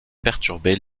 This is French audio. perturber